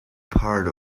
part